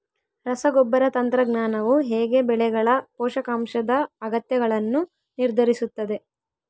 ರಸಗೊಬ್ಬರ ತಂತ್ರಜ್ಞಾನವು ಹೇಗೆ ಬೆಳೆಗಳ ಪೋಷಕಾಂಶದ ಅಗತ್ಯಗಳನ್ನು ನಿರ್ಧರಿಸುತ್ತದೆ?